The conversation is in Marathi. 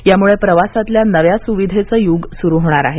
यामुळं प्रवासातल्या नव्या सुविधेचं युग सुरू होणार आहे